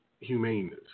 humaneness